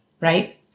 Right